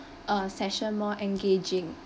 uh session more engaging